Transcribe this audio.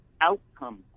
outcome